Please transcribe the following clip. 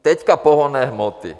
Teď pohonné hmoty.